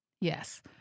Yes